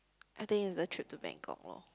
I think is the trip to Bangkok loh